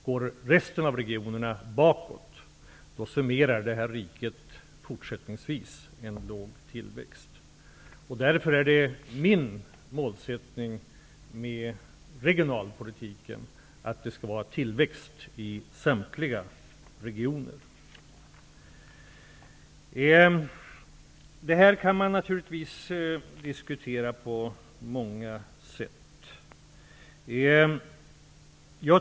Om resten av regionerna går bakåt, summerar detta rike fortsättningsvis en låg tillväxt. Därför är min målsättning beträffande regionalpolitiken att det skall vara tillväxt i samtliga regioner. Det här kan naturligtvis diskuteras på många sätt.